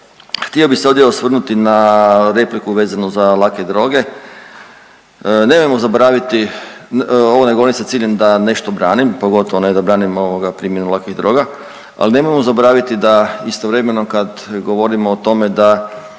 htio bi se ovdje osvrnuti na repliku vezano za lake droge. Nemojmo zaboraviti, ovo ne govorim sa ciljem da nešto branim, pogotovo ne branim primjenu lakih droga, ali nemojmo zaboraviti da istovremeno kad govorimo o tome da